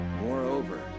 Moreover